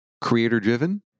Creator-driven